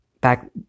Back